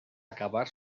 acabar